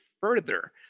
further